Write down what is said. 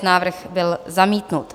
Návrh byl zamítnut.